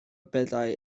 beddau